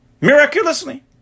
Miraculously